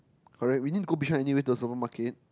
correct we need to go Bishan anyway to the supermarket